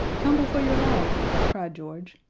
tumble for your life! cried george,